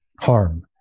harm